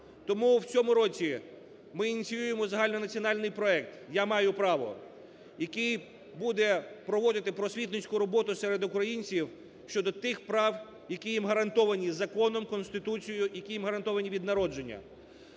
Тому в цьому році ми ініціюємо загальнонаціональний проект "Я маю право", який буде проводити просвітницьку роботу серед українців щодо тих прав, які їм гарантовані законом, Конституцією, які їм гарантовані від народження.